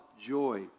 joy